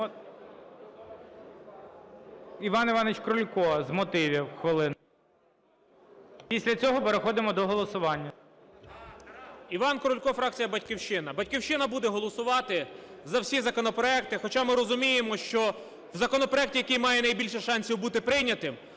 Іван Іванович Крулько з мотивів, хвилинку. Після цього переходимо до голосування. 15:07:27 КРУЛЬКО І.І. Іван Крулько, фракція "Батьківщина". "Батьківщина" буде голосувати за всі законопроекти. Хоча ми розуміємо, що законопроект, який має найбільше шансів бути прийнятим,